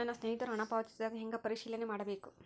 ನನ್ನ ಸ್ನೇಹಿತರು ಹಣ ಪಾವತಿಸಿದಾಗ ಹೆಂಗ ಪರಿಶೇಲನೆ ಮಾಡಬೇಕು?